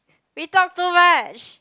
we talk too much